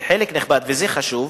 זה חשוב,